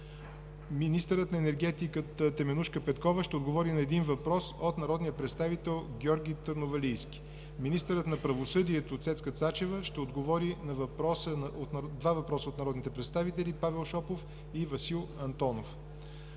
Министърът на енергетиката Теменужка Петкова ще отговори на един въпрос от народния представител Георги Търновалийски. - Министърът на правосъдието Цецка Цачева ще отговори на два въпроса от народните представители Павел Шопов; и Васил Антонов.